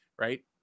right